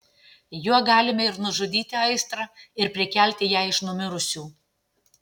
juo galime ir nužudyti aistrą ir prikelti ją iš numirusių